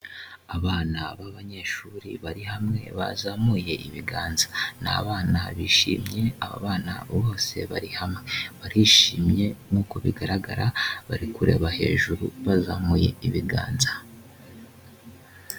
Abana b'abanyeshuri bari hamwe bazamuye ibiganza, n'abana bishimye aba bana bose barishimye nk'uko bigaragara bari kureba hejuru bazamuye ibiganza.